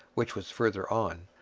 which was farther on,